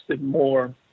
more